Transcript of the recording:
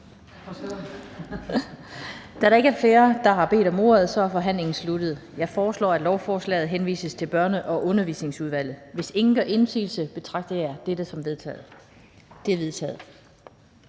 Da der ikke er flere, der har bedt om ordet, er forhandlingen sluttet. Jeg foreslår, at lovforslaget henvises til Børne- og Undervisningsudvalget. Hvis ingen gør indsigelse, betragter jeg dette som vedtaget. Det er vedtaget.